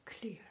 clear